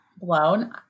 blown